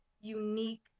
unique